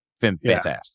fantastic